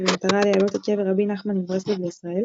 במטרה להעלות את קבר רבי נחמן מברסלב לישראל.